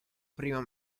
prima